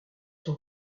son